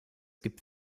gibt